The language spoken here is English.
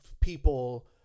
people